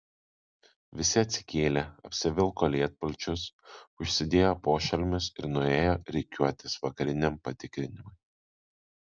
visi atsikėlė apsivilko lietpalčius užsidėjo pošalmius ir nuėjo rikiuotis vakariniam patikrinimui